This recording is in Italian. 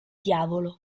diavolo